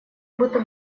будто